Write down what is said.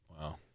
Wow